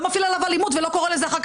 לא מפעיל עליו אלימות ולא קורא לזה אחר